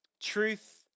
truth